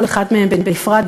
כל אחד מהם בנפרד,